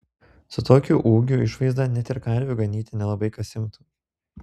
su tokiu ūgiu išvaizda net ir karvių ganyti nelabai kas imtų